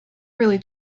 really